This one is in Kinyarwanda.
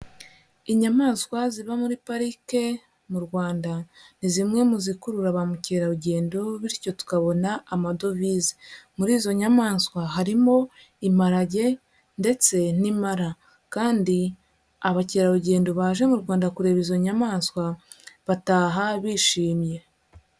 Inyamaswa ziba muri parike mu Rwanda ni zimwe mu zikurura ba mukerarugendo bityo tukabona amadovize. Muri izo nyamaswa harimo imparage ndetse n'impara kandi abakerarugendo baje mu Rwanda kureba izo nyamaswa bataha bishimye.